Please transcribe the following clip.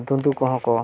ᱫᱩᱸᱫᱩᱸ ᱠᱚᱦᱚᱸ ᱠᱚ